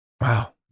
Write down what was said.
Wow